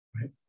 Right